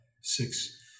six